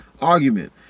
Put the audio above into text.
argument